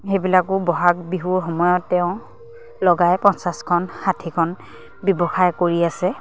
সেইবিলাকো বহাগ বিহুৰ সময়ত তেওঁ লগাই পঞ্চাছখন ষাঠিখন ব্যৱসায় কৰি আছে